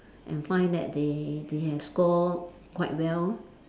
and find that they they have score quite well